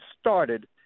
started